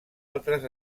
altres